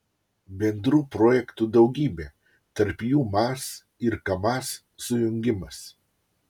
bendrų projektų daugybė tarp jų maz ir kamaz sujungimas